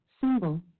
symbol